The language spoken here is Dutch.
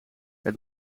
het